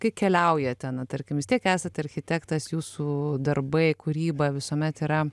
kai keliaujate na tarkim vis tiek esate architektas jūsų darbai kūryba visuomet yra